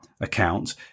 account